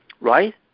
Right